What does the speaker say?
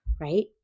right